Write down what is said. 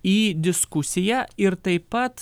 į diskusiją ir taip pat